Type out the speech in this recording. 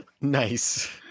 Nice